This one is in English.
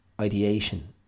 ideation